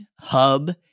Hub